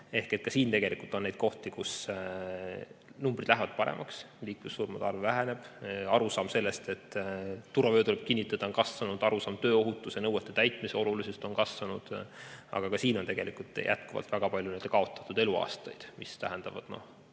Ehk ka siin on tegelikult neid kohti, kus numbrid lähevad paremaks, liiklussurmade arv väheneb. Arusaam sellest, et turvavöö tuleb kinnitada, on kasvanud, arusaam tööohutuse nõuete täitmise olulisusest on kasvanud. Aga ka siin on tegelikult jätkuvalt väga palju kaotatud eluaastaid, mis tähendavad